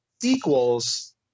sequels